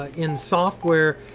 ah in software,